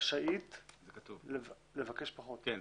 רשאית לבקש פחות.